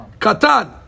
Katan